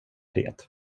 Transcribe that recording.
det